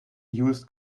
used